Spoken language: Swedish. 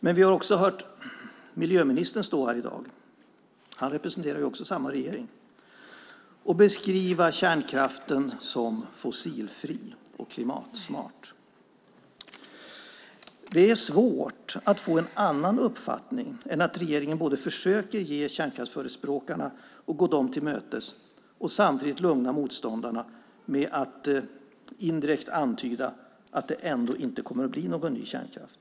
Men vi har också hört miljöministern, som representerar samma regeringen, stå här i dag och beskriva kärnkraften som fossilfri och klimatsmart. Det är svårt att få en annan uppfattning än att regeringen försöker både gå kärnkraftsförespråkarna till mötes och lugna motståndarna med att indirekt antyda att det ändå inte kommer att bli någon ny kärnkraft.